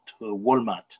Walmart